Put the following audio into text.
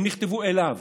הם כתבו אליו